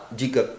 jika